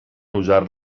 usar